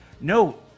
No